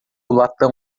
latão